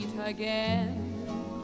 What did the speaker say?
again